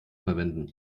verwenden